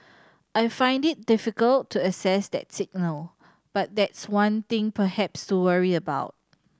I find it difficult to assess that signal but that's one thing perhaps to worry about